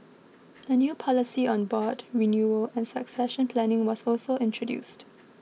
a new policy on board renewal and succession planning was also introduced